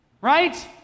right